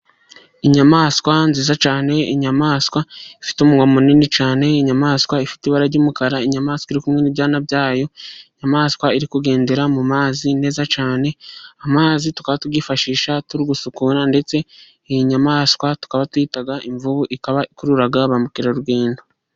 inyamaswa nziza cyane ,inyamaswa ifite umunwa munini cyane inyamaswa ifite ibara ry'umukara, inyamaswa iri kumwe n'ibyana byayo, inyamaswa iri kugendera mu mazi neza cyane. Amazi tukaba tuyifashisha turi gusukura, ndetse iyi nyamaswa tukaba tuyita imvubu ikaba ikurura ba mukerarugendo.